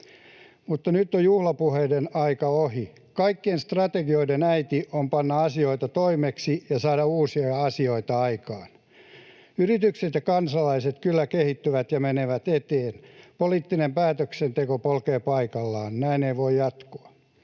Mutta nyt on juhlapuheiden aika ohi. Kaikkien strategioiden äiti on panna asioita toimeksi ja saada uusia asioita aikaan. Yritykset ja kansalaiset kyllä kehittyvät ja menevät eteenpäin. Poliittinen päätöksenteko polkee paikallaan. Näin ei voi jatkua.